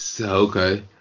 Okay